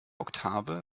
oktave